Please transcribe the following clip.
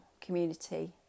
community